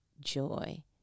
joy